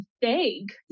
vague